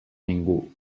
ningú